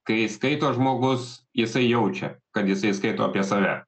kai skaito žmogus jisai jaučia kad jisai skaito apie save